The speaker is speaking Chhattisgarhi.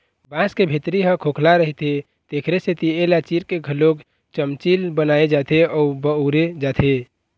बांस के भीतरी ह खोखला रहिथे तेखरे सेती एला चीर के घलोक चमचील बनाए जाथे अउ बउरे जाथे